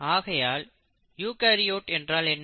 ஆகையால் யூகரியோட் என்றால் என்ன